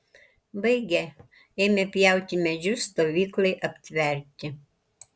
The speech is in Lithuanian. baigę ėmė pjauti medžius stovyklai aptverti